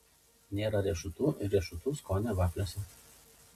nėra riešutų ir riešutų skonio vafliuose